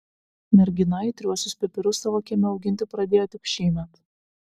mergina aitriuosius pipirus savo kieme auginti pradėjo tik šįmet